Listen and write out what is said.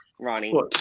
Ronnie